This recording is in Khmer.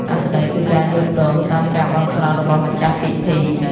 អត្ថន័យគឺការយល់ព្រមតាមការបន់ស្រន់របស់ម្ចាស់ពិធី។